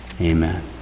Amen